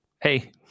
Hey